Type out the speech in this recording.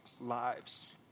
Lives